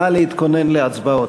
נא להתכונן להצבעות.